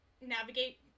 navigate